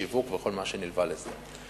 שיווק וכל מה שנלווה לזה.